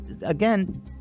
again